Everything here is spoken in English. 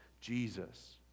Jesus